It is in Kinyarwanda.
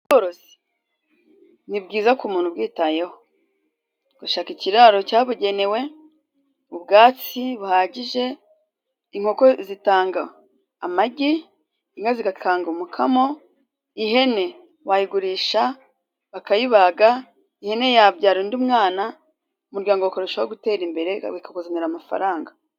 Ubworozi ni bwiza ku muntu ubyitayeho. Gushaka ikiraro cyabugenewe, ubwatsi buhagije, inkoko zitanga amagi, inka zigakanga umukamo, ihene wayigurisha bakayibaga, ihene yabyara undi mwana umuryango kururushaho gutera imbere, bikakuzanira amafaranga.